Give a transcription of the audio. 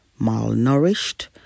malnourished